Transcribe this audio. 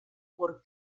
por